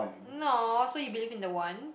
no so you believe in the one